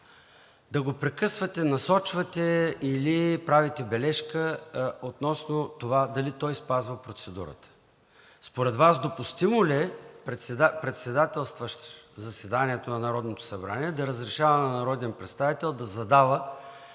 да го прекъсвате, насочвате или правите бележка относно това дали той спазва процедурата. Според Вас допустимо ли е председателстващият Народното събрание да разрешава на народен представител да задава